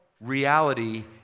reality